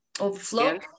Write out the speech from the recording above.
overflow